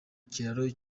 kiraro